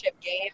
game